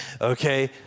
okay